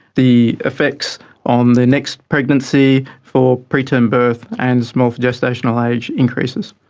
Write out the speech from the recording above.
the effects on the next pregnancy for preterm birth and small for gestational age increases.